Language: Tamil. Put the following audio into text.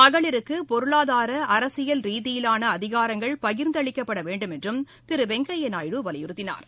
மகளிருக்கு பொருளாதார அரசியல் ரீதியிலான அதிகாரங்கள் பகிர்ந்து அளிக்கப்பட வேண்டும் என்றும் திரு வெங்கய்யா நாயுடு வலியுறுத்தினார்